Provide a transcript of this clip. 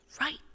right